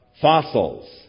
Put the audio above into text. fossils